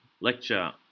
lecture